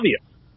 obvious